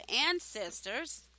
ancestors